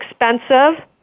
expensive